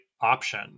option